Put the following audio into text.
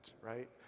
right